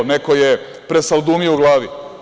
Neko je presaldumio u glavi.